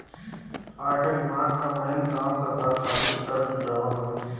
आयकर विभाग कअ मेन काम सरकार खातिर कर जुटावल हवे